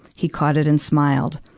he caught it and smiled.